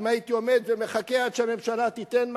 אם הייתי עומד ומחכה עד שהממשלה תיתן משהו.